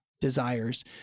desires